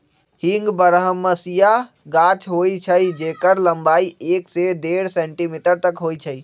हींग बरहमसिया गाछ होइ छइ जेकर लम्बाई एक से डेढ़ सेंटीमीटर तक होइ छइ